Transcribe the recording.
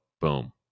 boom